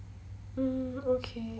mm okay